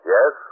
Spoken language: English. Yes